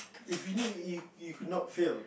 if you you you could not fail